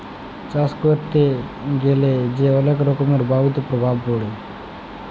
চাষ ক্যরতে গ্যালা যে অলেক রকমের বায়ুতে প্রভাব পরে